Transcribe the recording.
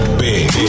big